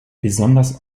besonders